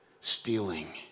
stealing